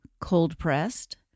cold-pressed